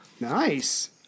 Nice